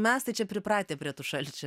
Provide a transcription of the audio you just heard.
mes tai čia pripratę prie tų šalčių